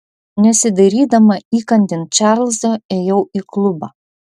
nesidairydama įkandin čarlzo ėjau į klubą